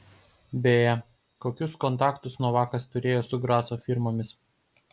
beje kokius kontaktus novakas turėjo su graco firmomis